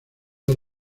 dar